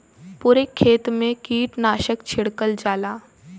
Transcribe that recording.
पुरे खेत मे कीटनाशक छिड़कल जाला